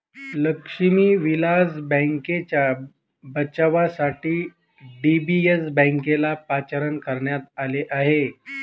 लक्ष्मी विलास बँकेच्या बचावासाठी डी.बी.एस बँकेला पाचारण करण्यात आले आहे